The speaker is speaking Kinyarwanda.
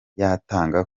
yatanga